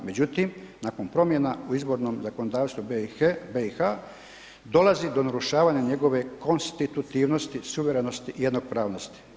Međutim, nakon promjena u izbornom zakonodavstvu BiH dolazi do naglašavanja njegove konstitutivnosti, suverenosti i jednakopravnosti.